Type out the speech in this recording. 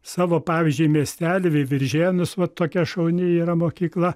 savo pavyzdžiui miestelį veiviržėnus va tokia šauni yra mokykla